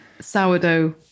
sourdough